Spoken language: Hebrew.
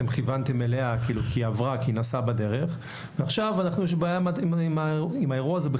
אתם כיוונתם אליה כי היא נסעה בדרך ועכשיו יש בעיה עם האירוע הזה,